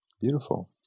Beautiful